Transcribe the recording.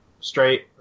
straight